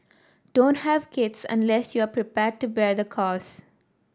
don't have kids unless you are prepared to bear the cost